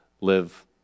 live